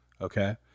Okay